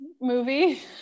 movie